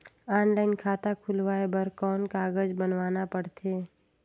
Online खाता खुलवाय बर कौन कागज बनवाना पड़थे?